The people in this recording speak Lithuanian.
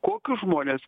kokius žmones